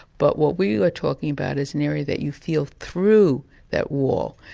but what we were talking about is an area that you feel through that wall,